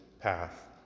path